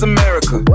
America